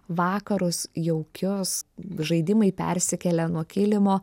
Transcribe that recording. vakarus jaukius žaidimai persikelia nuo kilimo